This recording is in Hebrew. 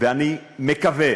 אני מקווה